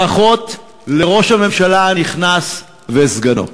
ברכות לראש הממשלה הנכנס ולסגנו.